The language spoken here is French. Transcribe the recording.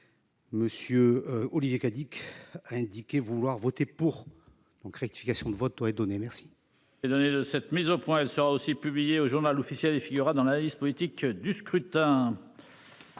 Monsieur Olivier Cadic a indiqué vouloir voter pour donc rectification de vote donné, merci.